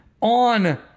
on